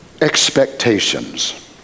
expectations